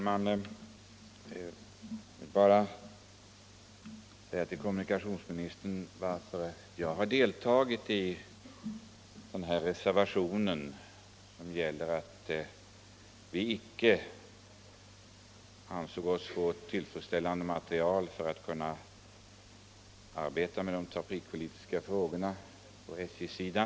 Herr talman! Jag vill bara till kommunikationsministern säga att jag har deltagit i den kritik som framförs i reservationen 3 därför att vi i trafikpolitiska utredningen icke ansett oss ha fått tillfredsställande material för att kunna arbeta med de trafikpolitiska frågorna på SJ:s sida.